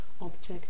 object